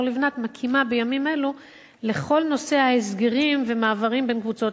לבנת מקימה בימים אלו על כל נושא ההסגרים ומעברים בין קבוצות.